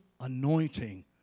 anointing